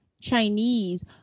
Chinese